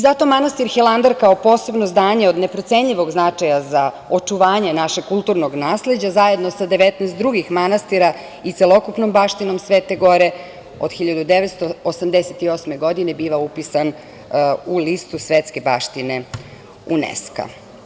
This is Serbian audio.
Zato manastir Hilandar kao posebno zdanje od neprocenjivog značaja za očuvanje našeg kulturnog nasleđa, zajedno sa 19 drugih manastira i celokupnom baštinom Svete gore, od 1988. godine biva upisan u Listu svetske baštine Uneska.